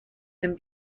and